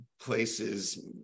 places